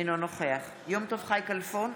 אינו נוכח יום טוב חי כלפון,